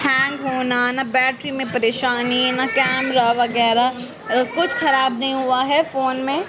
hang ہونا نہ battery میں پریشانی نہ کیمرا وغیرہ کچھ خراب نہیں ہوا ہے فون میں